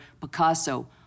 Picasso